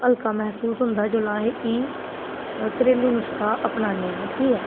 हलका मैह्सूस होंदा जोल्लै अह एह् घरेलू नुस्का अपनान्ने आं ठीक ऐ